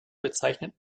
bezeichnet